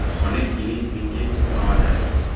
অনেক জিনিস মিশিয়ে কিছু পাওয়া যায়